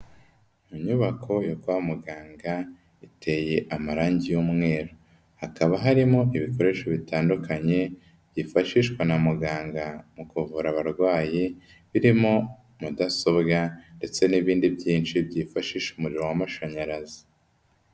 Inyubako yo kwa muganga iteye amarangi y'umweru, hakaba harimo ibikoresho bitandukanye byifashishwa na muganga mu kuvura abarwayi, birimo Mudasobwa ndetse n'ibindi byinshi byifashisha umuriro w'amashanyarazi.